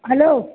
hello